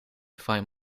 find